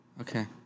Okay